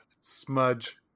Smudge